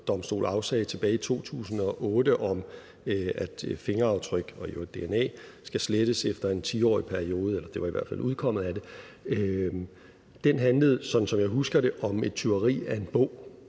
afsagde tilbage i 2008 om, at fingeraftryk og i øvrigt også dna skal slettes efter en 10-årig periode – det var i hvert fald udkommet af det – handlede, som jeg husker det, om et tyveri af en bog,